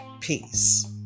Peace